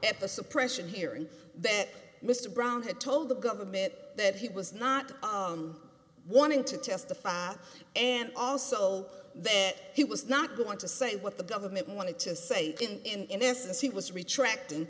suppression hearing that mr brown had told the government that he was not wanting to testify and also that he was not going to say what the government wanted to say and in essence he was retract